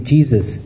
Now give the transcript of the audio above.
Jesus